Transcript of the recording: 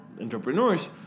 entrepreneurs